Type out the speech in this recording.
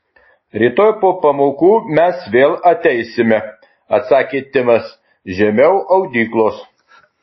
rytoj po pamokų mes vėl ateisime atsakė timas žemiau audyklos